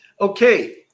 Okay